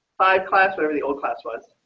five class, whatever the old class was